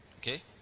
Okay